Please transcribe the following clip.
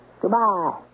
Goodbye